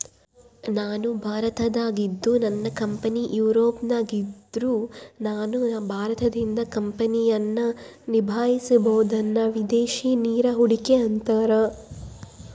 ನಾನು ಭಾರತದಾಗಿದ್ದು ನನ್ನ ಕಂಪನಿ ಯೂರೋಪ್ನಗಿದ್ದ್ರ ನಾನು ಭಾರತದಿಂದ ಕಂಪನಿಯನ್ನ ನಿಭಾಹಿಸಬೊದನ್ನ ವಿದೇಶಿ ನೇರ ಹೂಡಿಕೆ ಅಂತಾರ